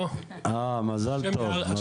מזל טוב.